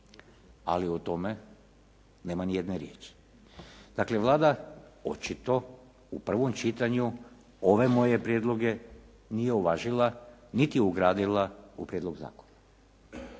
ali o tome nema ni jedne riječi. Dakle Vlada očito u prvom čitanju ove moje prijedloge nije uvažila niti je ugradila u prijedlog zakona.